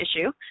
issue